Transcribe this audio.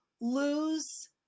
lose